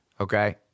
okay